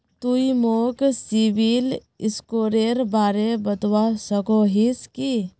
तुई मोक सिबिल स्कोरेर बारे बतवा सकोहिस कि?